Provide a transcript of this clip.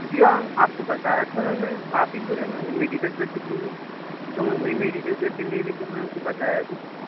جی ہاں آپ کو بتایا تھا نا میں آپ ہچ بولے نا وہ میڈیکل پر سے لو بول کے تو میں وہی میڈیکل پر سے لے لے کے میں آپ کو بتایا بھی تھا